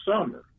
summer